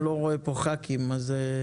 נציג